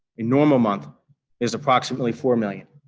a normal month is approximately four million.